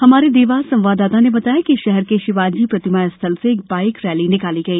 हमारे देवास संवाददाता ने बताया कि शहर के शिवाजी प्रतिमा स्थल से एक बाईक रैली निकाली गई